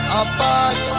apart